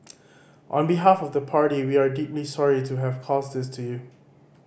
on behalf of the party we are deeply sorry to have caused this to you